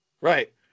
Right